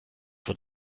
wird